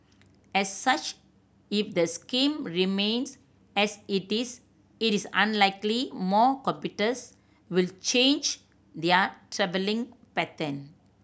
as such if the scheme remains as it is it is unlikely more computers will change their travelling pattern